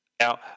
Now